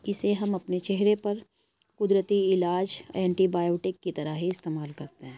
اسے ہم اپنے چہرے پر قدرتی علاج اینٹی بائیوٹک کی طرح ہی استعمال کرتے ہیں